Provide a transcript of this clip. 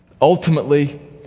Ultimately